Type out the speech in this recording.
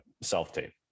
self-tape